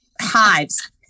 hives